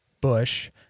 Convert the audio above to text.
Bush